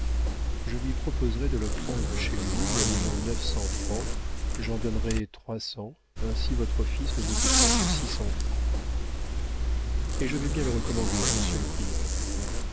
je lui proposerai de le prendre chez lui moyennant neuf cents francs j'en donnerai trois cents ainsi votre fils ne vous coûtera que six cents francs et je vais bien le recommander à monsieur le prieur